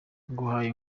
nguhaye